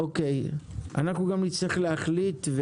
אנחנו גם נצטרך להחליט.